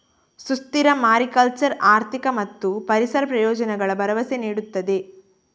ಸುಸ್ಥಿರ ಮಾರಿಕಲ್ಚರ್ ಆರ್ಥಿಕ ಮತ್ತು ಪರಿಸರ ಪ್ರಯೋಜನಗಳ ಭರವಸೆ ನೀಡುತ್ತದೆ